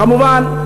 וכמובן,